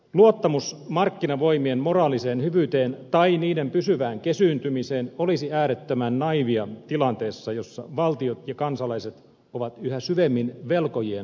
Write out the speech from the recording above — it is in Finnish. luottamus markkinavoimien moraaliseen hyvyyteen tai niiden pysyvään kesyyntymiseen olisi äärettömän naiivia tilanteessa jossa valtiot ja kansalaiset ovat yhä syvemmin velkojien armoilla